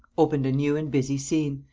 opened a new and busy scene,